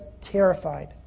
terrified